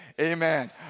Amen